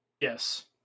Yes